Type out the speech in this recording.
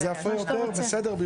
זה יפה יותר, בסדר?